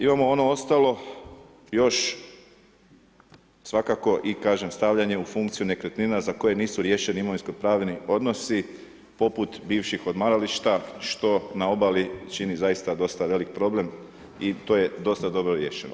Imamo ono ostalo još svakako i kažem stavljanje u funkciju nekretnine za koje nisu riješeni imovinsko-pravni odnosi poput bivših odmarališta što na obali čini zaista dosta velik problem i to je dosta dobro riješeno.